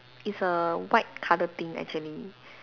it's a white colour thing actually